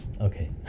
okay